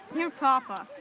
your papa,